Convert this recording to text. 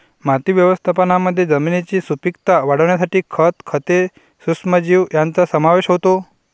माती व्यवस्थापनामध्ये जमिनीची सुपीकता वाढवण्यासाठी खत, खते, सूक्ष्मजीव यांचा समावेश होतो